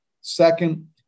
Second